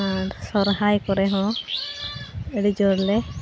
ᱟᱨ ᱥᱚᱨᱦᱟᱭ ᱠᱚᱨᱮ ᱦᱚᱸ ᱟᱹᱰᱤ ᱡᱳᱨᱞᱮ